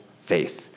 Faith